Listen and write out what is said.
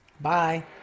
Bye